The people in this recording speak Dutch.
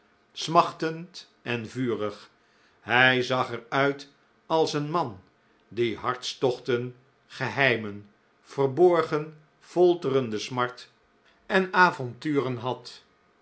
smachtend en vurig hij zag er uit als een man die hartstochten geheimen verborgen folterende smart en avonturen had